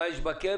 מה יש בקרן,